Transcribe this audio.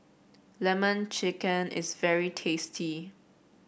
lemon chicken is very tasty